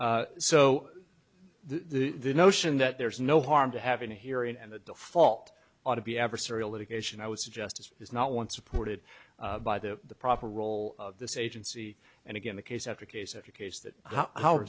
litigation so the notion that there's no harm to having a hearing and the default ought to be adversarial litigation i would suggest as is not once supported by the proper role of this agency and again the case after case after case that how